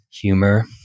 humor